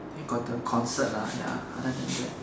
eh got the concert lah ya other than that